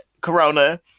Corona